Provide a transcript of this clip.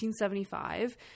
1875